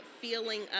feeling